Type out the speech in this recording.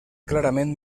clarament